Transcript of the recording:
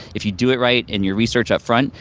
if you do it right, and your research up front,